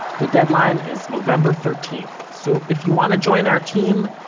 the deadline is november thirteenth, so if you want to join our team,